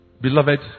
Beloved